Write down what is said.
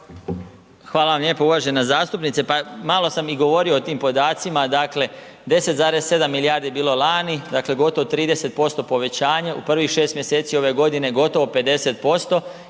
Hvala vam lijepo uvažena zastupnice, pa malo sam i govorio o tim podacima, dakle 10,7 milijardi bilo lani, dakle gotovo 30% povećanje, u prvih 6 mjeseci ove godine gotovo 50%.